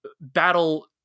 battle